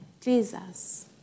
Jesus